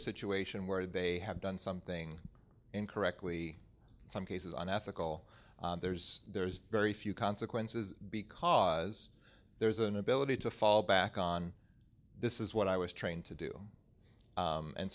a situation where they have done something incorrectly some cases unethical there's there's very few consequences because there's an ability to fall back on this is what i was trained to do